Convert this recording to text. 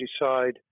decide